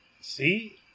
See